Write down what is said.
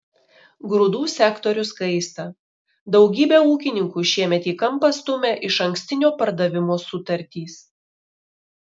grūdų sektorius kaista daugybę ūkininkų šiemet į kampą stumia išankstinio pardavimo sutartys